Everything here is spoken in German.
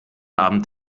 abend